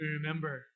Remember